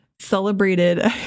celebrated